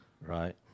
right